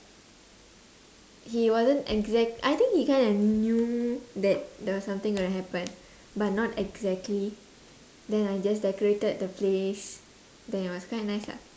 he wasn't exact I think he kind of knew that there was something gonna happen but not exactly then I just decorated the place then it was quite nice lah